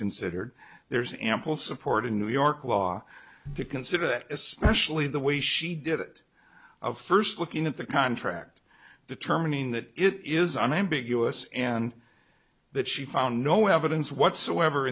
considered there's ample support in new york law to consider that especially the way she did it first looking at the contract determining that it is unambiguous and that she found no evidence whatsoever